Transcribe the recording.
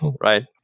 right